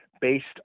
based